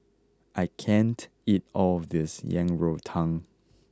I can't eat all of this Yang Rou Tang